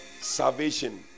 salvation